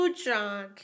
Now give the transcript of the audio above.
John